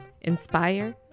inspire